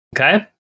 Okay